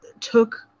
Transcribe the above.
took